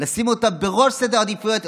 לשים אותה בראש סדר העדיפויות,